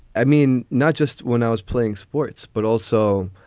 i mean, not just when i was playing sports, but also,